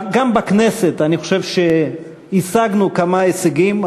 גם בכנסת אני חושב שהשגנו כמה הישגים.